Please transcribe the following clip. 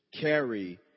Carry